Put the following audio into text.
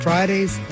Fridays